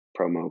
promo